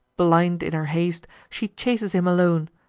blind in her haste, she chases him alone.